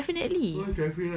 ya definitely